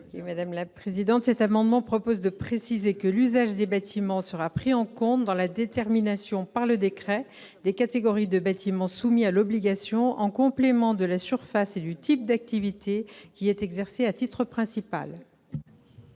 l'amendement n° 124 rectifié . Nous proposons de préciser que l'usage des bâtiments sera pris en compte dans la détermination par décret des catégories de bâtiments soumis à l'obligation, en complément de la surface et du type d'activité exercée à titre principal.